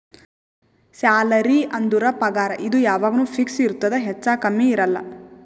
salary ಅಂದುರ್ ಪಗಾರ್ ಇದು ಯಾವಾಗ್ನು ಫಿಕ್ಸ್ ಇರ್ತುದ್ ಹೆಚ್ಚಾ ಕಮ್ಮಿ ಇರಲ್ಲ